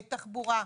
תחבורה.